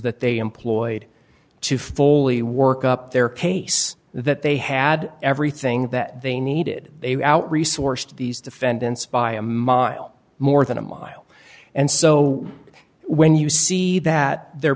that they employed to fully work up their case that they had everything that they needed they were out resourced these defendants by a mile more than a mile and so when you see that they're